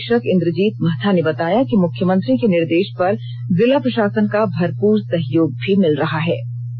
police अधीक्षक इंद्रजीत महाथा ने बताया कि मुख्यमंत्री के निर्देश पर जिला प्रशासन का भरपूर सहयोग भी मिल रहा है